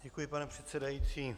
Děkuji, pane předsedající.